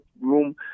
room